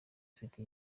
afite